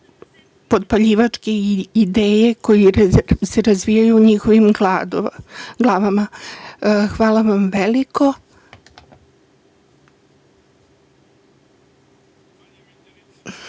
potpaljivačke ideje koje se razvijaju u njihovim glavama. Hvala vam veliko.